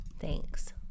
Thanks